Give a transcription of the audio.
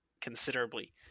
considerably